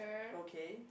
okay